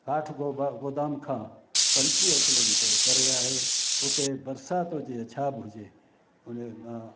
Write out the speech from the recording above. घाट घोपर गोदाम खां पंजटीह किलोमीटर परे आहे उते बरसाति हुजे या छा बि हुजे हुन मां